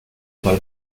para